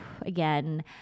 again